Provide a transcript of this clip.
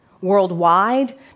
Worldwide